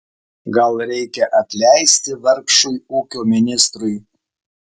gal reikia atleisti vargšui ūkio ministrui